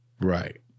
Right